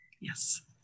yes